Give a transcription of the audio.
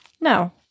No